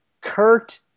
Kurt